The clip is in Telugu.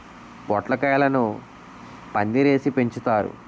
పొట్లకాయలను పందిరేసి పెంచుతారు